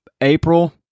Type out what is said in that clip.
april